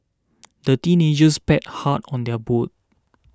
the teenagers paddled hard on their boat